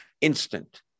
Instant